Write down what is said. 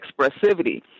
expressivity